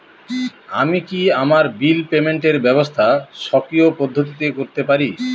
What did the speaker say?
আমি কি আমার বিল পেমেন্টের ব্যবস্থা স্বকীয় পদ্ধতিতে করতে পারি?